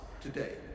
today